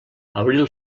abril